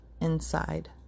inside